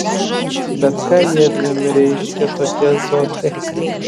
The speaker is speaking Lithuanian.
bet ką jiedviem reiškia tokia zootechnika